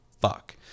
fuck